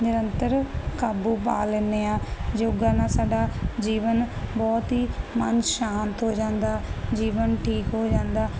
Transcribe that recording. ਨਿਰੰਤਰ ਕਾਬੂ ਪਾ ਲੈਨੇ ਆ ਯੋਗਾ ਨਾਲ ਸਾਡਾ ਜੀਵਨ ਬਹੁਤ ਹੀ ਮਨ ਸ਼ਾਂਤ ਹੋ ਜਾਂਦਾ ਜੀਵਨ ਠੀਕ ਹੋ ਜਾਂਦਾ